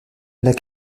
lac